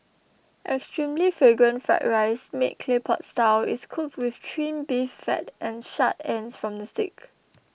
extremely Fragrant Fried Rice made Clay Pot Style is cooked with Trimmed Beef Fat and charred ends from the steak